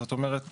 זאת אומרת,